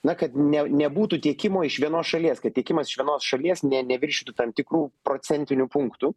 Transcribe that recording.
na kad ne nebūtų tiekimo iš vienos šalies kad tiekimas iš vienos šalies nė neviršytų tam tikrų procentinių punktų